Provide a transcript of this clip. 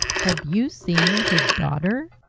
have you seen his daughter?